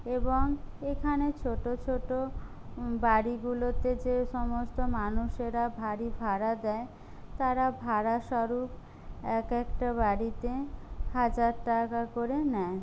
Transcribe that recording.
এবং এখানে ছোট ছোট বাড়িগুলোতে যে সমস্ত মানুষেরা বাড়ি ভাড়া দেয় তারা ভাড়াস্বরূপ এক একটা বাড়িতে হাজার টাকা করে নেয়